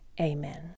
Amen